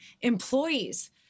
employees